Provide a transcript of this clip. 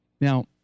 Now